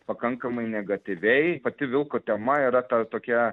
pakankamai negatyviai pati vilko tema yra ta tokia